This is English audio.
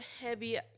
heavy